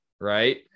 right